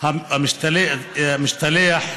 ציוץ משתלח,